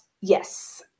yes